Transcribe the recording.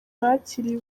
bakiriye